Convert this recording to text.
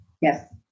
Yes